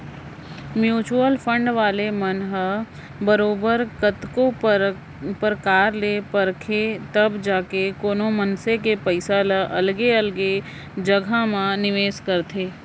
mutual fund वाले मन ह बरोबर कतको परकार ले परखथें तब जाके कोनो मनसे के पइसा ल अलगे अलगे जघा म निवेस करथे